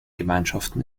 gemeinschaften